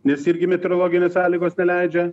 nes irgi meteorologinės sąlygos neleidžia